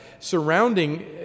surrounding